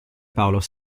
paolo